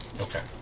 Okay